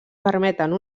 permeten